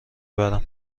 برم